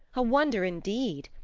a wonder indeed!